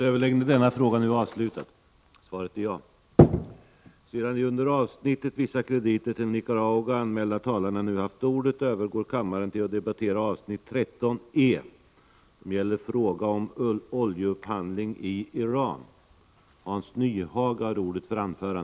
Sedan de under avsnittet Vissa krediter till Nicaragua anmälda talarna nu haft ordet övergår kammaren till att debattera avsnitt 13e: Fråga om oljeupphandling i Iran.